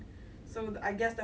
mm